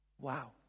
Wow